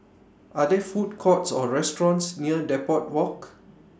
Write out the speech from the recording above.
Are There Food Courts Or restaurants near Depot Walk